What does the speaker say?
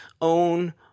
own